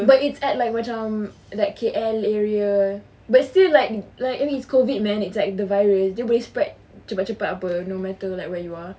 but it's like macam at K_L area but still like like it's COVID man it's like the virus dia boleh spread cepat-cepat [pe] no matter where you are